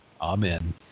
Amen